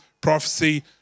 prophecy